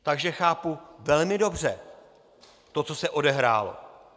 Takže chápu velmi dobře to, co se odehrálo.